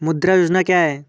मुद्रा योजना क्या है?